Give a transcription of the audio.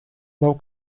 bał